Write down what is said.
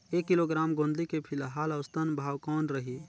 एक किलोग्राम गोंदली के फिलहाल औसतन भाव कौन रही?